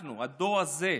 אנחנו, הדור הזה,